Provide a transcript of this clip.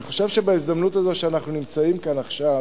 אני חושב שבהזדמנות הזאת שאנחנו נמצאים כאן עכשיו,